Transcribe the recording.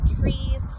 trees